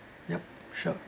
yup sure